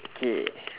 K